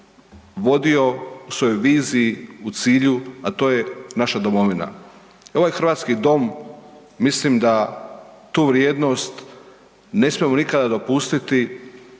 vodio u svojoj viziji u cilju, a to je naša domovina. Ovaj hrvatski dom mislim da tu vrijednost ne smijemo nikada dopustiti